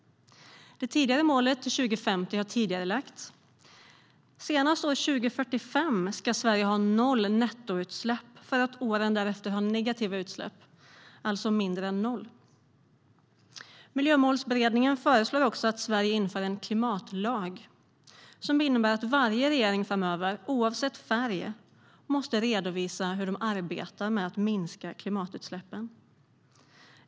Det tidigare målet till 2050 har tidigarelagts. Senast år 2045 ska Sverige ha noll nettoutsläpp för att åren därefter ha negativa utsläpp, alltså mindre än noll. Miljömålsberedningen föreslår också att Sverige inför en klimatlag som innebär att varje regering framöver, oavsett färg, måste redovisa hur de arbetar för att minska klimatutsläppen.